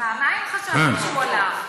פעמיים חשבנו שהוא הלך.